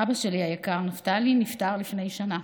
אבא שלי היקר, נפתלי, נפטר לפני שנה.